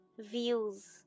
views